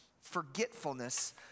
Forgetfulness